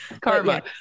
Karma